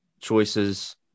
choices